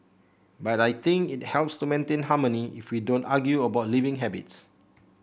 but I think it helps to maintain harmony if we don't argue about living habits